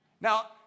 Now